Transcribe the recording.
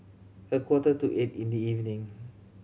a quarter to eight in the evening